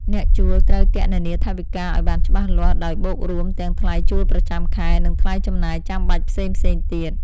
អ្នកជួលត្រូវគណនាថវិកាឱ្យបានច្បាស់លាស់ដោយបូករួមទាំងថ្លៃជួលប្រចាំខែ និងថ្លៃចំណាយចាំបាច់ផ្សេងៗទៀត។